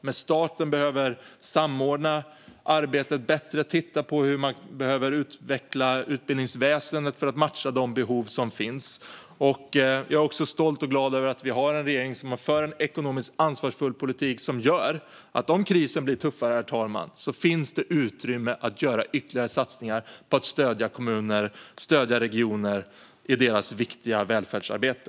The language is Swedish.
Men staten behöver samordna arbetet bättre och titta på hur man ska utveckla utbildningsväsendet för att matcha de behov som finns. Jag är också stolt och glad över att vi har en regering som för en ansvarsfull ekonomisk politik som gör att om krisen blir tuffare finns det utrymme att göra ytterligare satsningar på att stödja kommuner och regioner i deras viktiga välfärdsarbete.